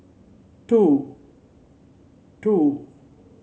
two